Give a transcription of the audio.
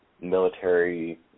military